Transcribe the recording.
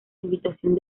invitación